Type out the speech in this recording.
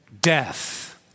death